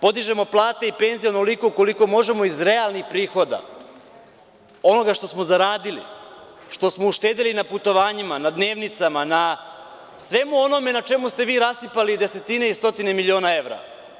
Podižemo plate i penzije onoliko koliko možemo iz realnih prihoda, onoga što smo zaradili, uštedeli na putovanjima, dnevnicama, svemu onome na čemu ste vi rasipali desetine i stotine miliona evra.